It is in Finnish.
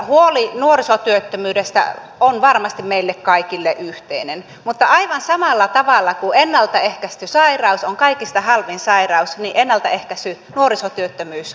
huoli nuorisotyöttömyydestä on varmasti meille kaikille yhteinen mutta aivan samalla tavalla kuin ennalta ehkäisty sairaus on kaikista halvin sairaus niin ennalta ehkäisty nuorisotyöttömyys on halvin asia